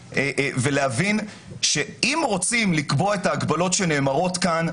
ולהבין שאם רוצים לקבוע את ההגבלות שנאמרות כאן,